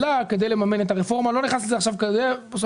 והדיור הממשלתי אבל אין שם כל התקדמות.